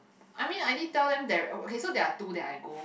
I mean I already tell them there is also two that I go